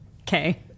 Okay